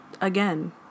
again